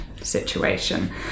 situation